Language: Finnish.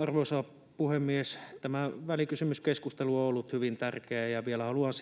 Arvoisa puhemies! Tämä välikysymyskeskustelu on ollut hyvin tärkeä, ja vielä haluan